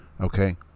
okay